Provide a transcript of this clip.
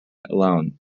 alone